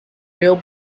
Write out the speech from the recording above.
real